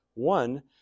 One